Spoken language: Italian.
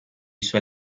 suoi